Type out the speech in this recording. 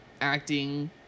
acting